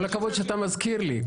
כל הכבוד שאתה מזכיר לי.